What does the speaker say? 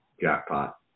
jackpot